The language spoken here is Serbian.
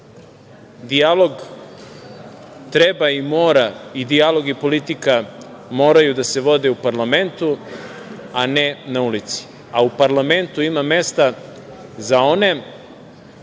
dijalog treba i mora, i dijalog i politika, moraju da se vode u parlamentu, a ne na ulici. U parlamentu ima mesta za one